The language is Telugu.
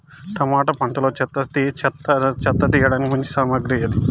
టమోటా పంటలో చెత్త తీయడానికి మంచి సామగ్రి ఏది?